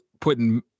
putting